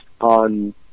On